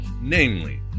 Namely